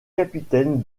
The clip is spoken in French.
capitaine